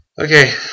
Okay